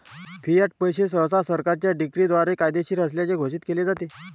Fiat पैसे सहसा सरकारच्या डिक्रीद्वारे कायदेशीर असल्याचे घोषित केले जाते